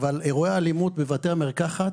אבל אירועי האלימות בבתי המרקחת,